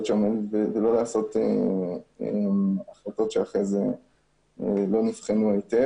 ולא לעשות החלטות שלא נבחנו היטב.